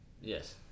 Yes